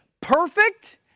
perfect